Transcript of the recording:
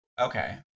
Okay